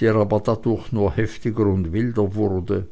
der aber dadurch nur heftiger und wilder wurde